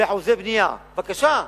באחוזי בנייה, בבקשה.